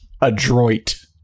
adroit